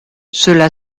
cela